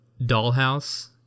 Dollhouse